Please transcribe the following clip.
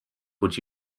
would